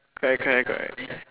correct correct correct